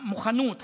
המוכנות,